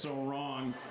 so wrong.